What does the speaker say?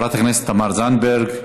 חברת הכנסת תמר זנדברג,